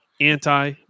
Anti